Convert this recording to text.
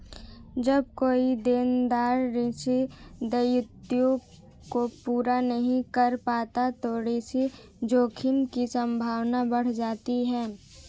जब कोई देनदार ऋण दायित्वों को पूरा नहीं कर पाता तो ऋण जोखिम की संभावना बढ़ जाती है